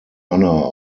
honor